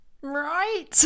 right